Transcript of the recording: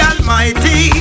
Almighty